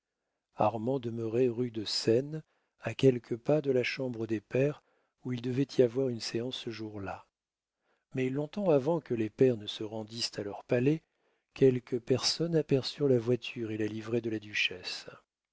armand demeurait rue de seine à quelques pas de la chambre des pairs où il devait y avoir une séance ce jour-là mais long-temps avant que les pairs ne se rendissent à leur palais quelques personnes aperçurent la voiture et la livrée de la duchesse